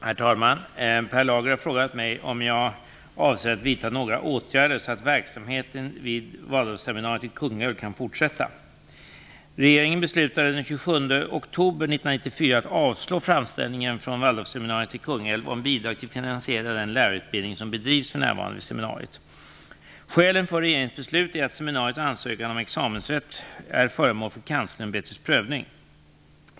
Herr talman! Per Lager har frågat mig om jag avser att vidta några åtgärder så att verksamheten vid Waldorfseminariet kan fortsätta. Regeringen beslutade den 27 oktober 1994 att avslå framställningen från Waldorfseminariet i Skälen för regeringens beslut är att seminariets ansökan om examensrätt är föremål för Kanslersämbetets prövning.